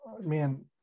Man